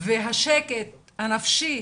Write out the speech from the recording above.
והשקט הנפשי